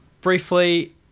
briefly